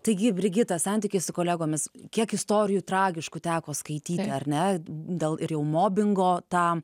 taigi brigita santykiai su kolegomis kiek istorijų tragiškų teko skaityt ar ne dėl ir jau mobingo tą